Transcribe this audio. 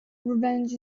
revenge